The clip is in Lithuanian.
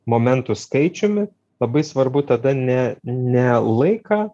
momentų skaičiumi labai svarbu tada ne ne laiką